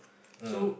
so